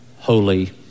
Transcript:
holy